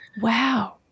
wow